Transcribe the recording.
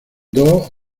dos